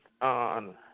on